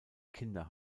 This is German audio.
kinder